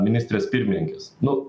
ministrės pirmininkės nu